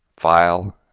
file,